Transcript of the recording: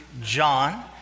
John